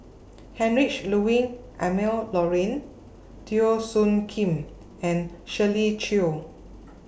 Heinrich Ludwig Emil Luering Teo Soon Kim and Shirley Chew